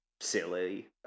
silly